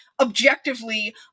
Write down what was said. objectively